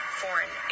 foreign